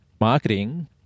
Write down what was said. marketing